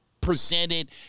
presented